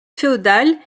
féodale